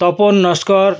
Tapan Naskar